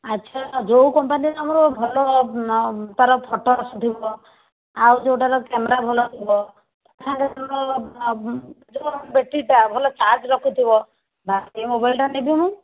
ଆଚ୍ଛା ଯୋଉ କମ୍ପାନୀର ଆମର ଭଲ ତା'ର ଫୋଟୋ ଆସୁଥିବ ଆଉ ଯୋଉଟାର କ୍ୟାମେରା ଭଲ ଥିବ ଯୋଉ ବେଟ୍ରିଟା ଭଲ ଚାର୍ଜ ରଖୁଥିବ ବାସ୍ ସେଇ ମୋବାଇଲ୍ ଟା ନେବି ମୁଁ